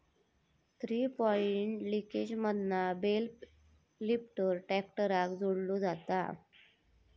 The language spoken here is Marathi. थ्री पॉइंट लिंकेजमधना बेल लिफ्टर ट्रॅक्टराक जोडलो जाता